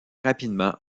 rapidement